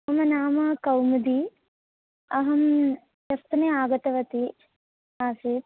मम नाम कौमुदी अहं ह्यस्तने आगतवती आसीत्